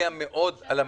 תיקון אחר?